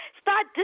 start